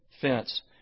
fence